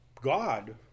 God